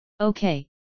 Okay